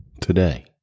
Today